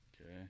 Okay